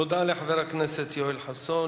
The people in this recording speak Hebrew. תודה לחבר הכנסת יואל חסון.